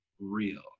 real